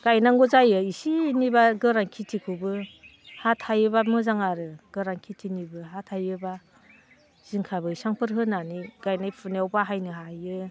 गायनांगौ जायो इसे इनै गोरान खेथिखौबो हा थायोबा मोजां आरो गोरान खेथिनिबो हा थायोबा जिंखा बैसांफोर होनानै गायनाय फुनायाव बाहायनो हायो